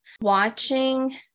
Watching